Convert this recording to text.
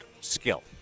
skill